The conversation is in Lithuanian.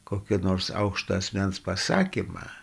kokio nors aukšto asmens pasakymą